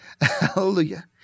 Hallelujah